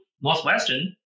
Northwestern